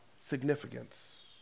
significance